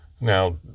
Now